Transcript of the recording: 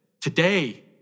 Today